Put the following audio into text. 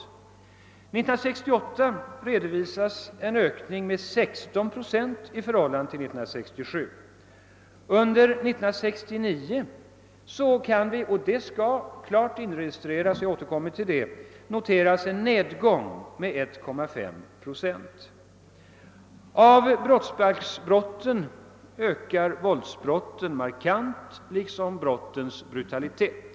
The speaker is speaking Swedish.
För 1968 redovisas en ökning med 16 procent i förhållande till 1967. Under 1969 kan vi, vilket klart skall inregistreras — jag återkommer till det — notera en nedgång med 15 Av brottsbalksbrotten ökar våldsbrotten markant och så är också fallet med brottens brutalitet.